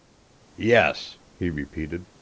yes, he repeated,